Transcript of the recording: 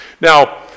Now